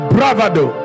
Bravado